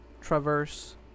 traverse